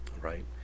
Right